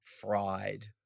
fried